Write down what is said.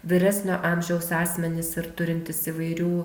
vyresnio amžiaus asmenys ir turintys įvairių